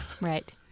Right